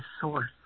source